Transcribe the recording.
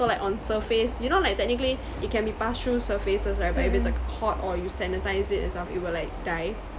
so like on surface you know like technically it can be passed through surfaces right but if it's a hot or if you sanitize it and stuff it will like die